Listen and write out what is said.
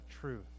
truth